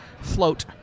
Float